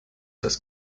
das